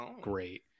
great